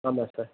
ஆமாம் சார்